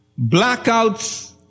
blackouts